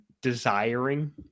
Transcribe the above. desiring